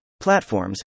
platforms